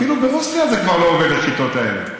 אפילו ברוסיה זה כבר לא עובד, השיטות האלה.